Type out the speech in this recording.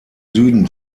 süden